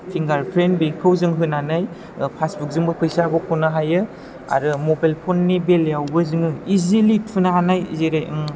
finger print बेखौ जों होनानै पासबुकजोंबो फैसा बख'नो हायो आरो मबाइल फननि बेलायावबो जोङो इजिलि थुनो हानाय जेरै